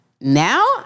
now